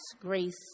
grace